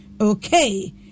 Okay